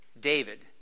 David